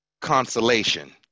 consolation